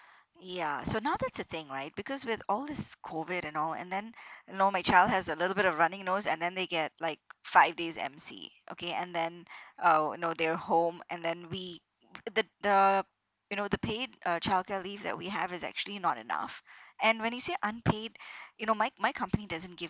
ya so now that's the thing right because with all this COVID and all and then you know my child has a little bit of running nose and then they get like five days M_C okay and then uh you know they're home and then we the the you know the paid uh childcare leave that we have is actually not enough and when you say unpaid you know my my company doesn't give